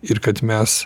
ir kad mes